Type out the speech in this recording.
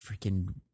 Freaking